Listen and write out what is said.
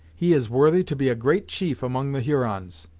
he is worthy to be a great chief among the hurons!